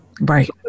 Right